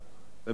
ובסדר.